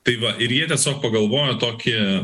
tai va ir jie tiesiog pagalvojo tokį